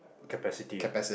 capacity ah